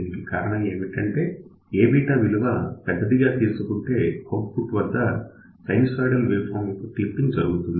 దీనికి కారణం ఏమిటంటే Aβ విలువ పెద్దదిగా తీసుకుంటే ఔట్పుట్ వద్ద సైనుసోయిడల్ వేవ్ ఫార్మ్ యొక్క క్లిప్పింగ్ జరుగుతుంది